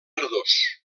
verdós